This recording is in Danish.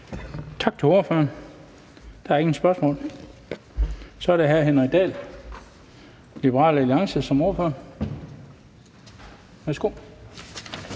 Tak til ordføreren. Der er ingen spørgsmål. Så er det hr. Henrik Dahl, Liberal Alliance, som ordfører. Værsgo.